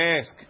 ask